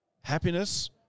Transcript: happiness